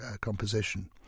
composition